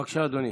בבקשה, אדוני,